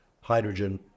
hydrogen